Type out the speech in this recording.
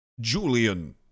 Julian